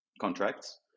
contracts